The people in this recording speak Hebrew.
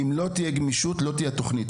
אם לא תהיה גמישות, לא תהיה תוכנית.